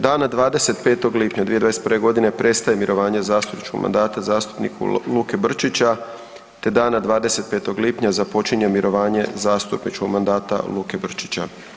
Dana 25. lipnja 2021. prestaje mirovanje zastupničkog mandata zastupniku Luke Brčića te dana 25. lipnja započinje mirovanje zastupničkog mandata Luke Brčića.